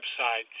website